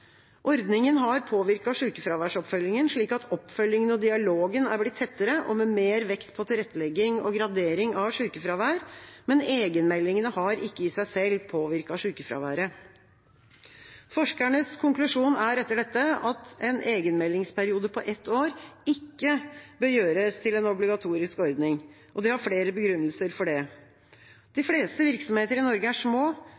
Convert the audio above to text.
Ordningen har påvirket sykefraværsoppfølgingen, slik at oppfølgingen og dialogen er blitt tettere og med mer vekt på tilrettelegging og gradering av sykefravær, men egenmeldingene har ikke i seg selv påvirket sykefraværet. Forskernes konklusjon er etter dette at en egenmeldingsperiode på ett år ikke bør gjøres til en obligatorisk ordning. De har flere begrunnelser for det.